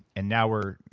and now we're,